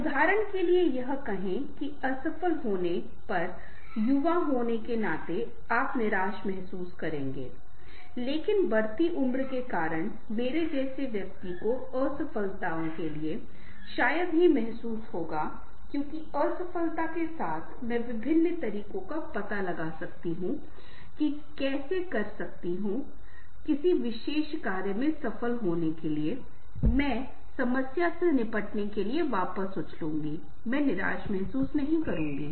उदाहरण के लिए यह कहें कि असफल होने पर युवा होने के नाते आप निराश महसूस करेंगे लेकिन बढ़ती उम्र के साथ मेरे जैसे व्यक्ति को असफलताओं के लिए शायद ही महसूस होगा क्योंकि असफलता के साथ मैं विभिन्न तरीकों का पता लगा सकता हूं कि मैं कैसे कर सकता हूं किसी विशेष कार्य में सफल होने के लिए मैं समस्या से निपटने के लिए वापस उछालूंगा मैं निराश महसूस नहीं करूंगा